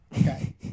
Okay